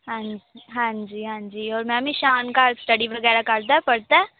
ਹਾਂ ਹਾਂਜੀ ਹਾਂਜੀ ਹੋਰ ਮੈਮ ਇਸ਼ਾਨ ਘਰ ਸਟੱਡੀ ਵਗੈਰਾ ਕਰਦਾ ਪੜ੍ਹਦਾ